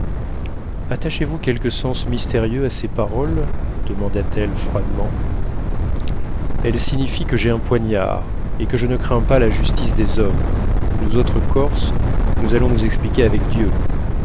attachez-vous quelque sens mystérieux à ces paroles demanda-t-elle froidement elles signifient que j'ai un poignard et que je ne crains pas la justice des hommes nous autres corses nous allons nous expliquer avec dieu